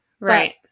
Right